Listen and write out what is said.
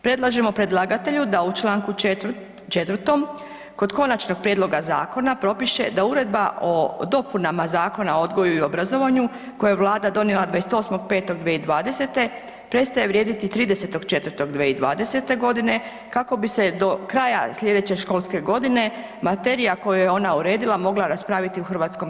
Predlažemo predlagatelju da u čl. 4. kod konačnog prijedloga zakona propiše da Uredba o dopunama Zakona o odgoju i obrazovanju koju je vlada donijela 28.5.2020. prestaje vrijediti 30.4.2020. kako bi se do kraja slijedeće školske godine materija koju je ona uredila mogla raspraviti u HS.